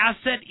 asset